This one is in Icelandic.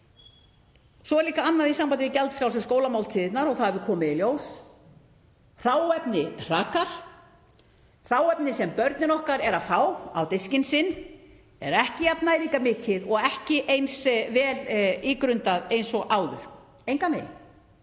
Svo er líka annað í sambandi við gjaldfrjálsu skólamáltíðirnar, og það hefur komið í ljós, hráefni hrakar. Hráefnið sem börnin okkar eru að fá á diskinn sinn er ekki jafn næringarmikið og ekki eins vel ígrundað eins og áður, engan